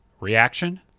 Reaction